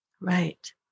right